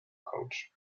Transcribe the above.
coach